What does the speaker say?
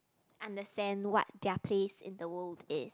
understand what their place in the world is